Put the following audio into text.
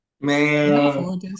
man